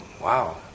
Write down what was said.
wow